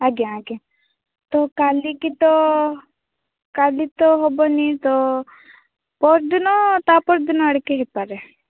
ଆଜ୍ଞା ଆଜ୍ଞା ତ କାଲିକି ତ କାଲି ତ ହେବନି ତ ତ ପର ଦିନ କି ତା'ପର ଦିନ ଆଡ଼ିକି ହେଇପାରେ